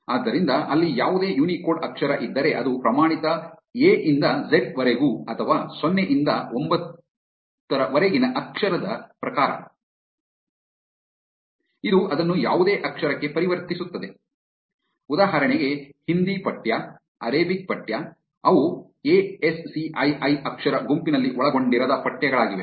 ಆದ್ದರಿಂದ ಅಲ್ಲಿ ಯಾವುದೇ ಯುನಿಕೋಡ್ ಅಕ್ಷರ ಇದ್ದರೆ ಅದು ಪ್ರಮಾಣಿತ ಎ ಇಂದ ಝೆಡ್ ವರೆಗೂ ಅಥವಾ ಸೊನ್ನೆಯಿಂದ ಒಂಬತ್ತು 0 ರಿಂದ 9 ವರೆಗಿನ ಅಕ್ಷರದ ಪ್ರಕಾರ ಇದು ಅದನ್ನು ಯಾವುದೇ ಅಕ್ಷರಕ್ಕೆ ಪರಿವರ್ತಿಸುತ್ತದೆ ಉದಾಹರಣೆಗೆ ಹಿಂದಿ ಪಠ್ಯ ಅರೇಬಿಕ್ ಪಠ್ಯ ಅವು A S C I I ಅಕ್ಷರ ಗುಂಪಿನಲ್ಲಿ ಒಳಗೊಂಡಿರದ ಪಠ್ಯಗಳಾಗಿವೆ